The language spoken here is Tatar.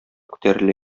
күтәрелә